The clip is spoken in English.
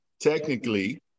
Technically